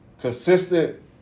consistent